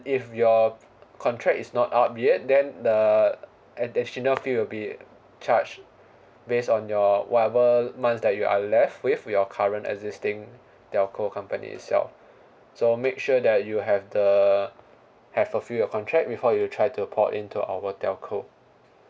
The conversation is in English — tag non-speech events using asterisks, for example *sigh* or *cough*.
if your contract is not up yet then the additional fee will be charged based on your whatever months that you are left with your current existing telco company itself *breath* so make sure that you have the have fulfilled your contract before you try to port in to our telco